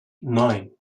neun